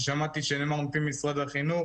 ששמעתי שנאמר ממשרד החינוך,